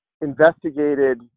investigated